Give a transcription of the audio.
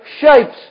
shapes